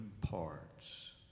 parts